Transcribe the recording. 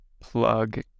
plug